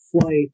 flight